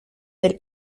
del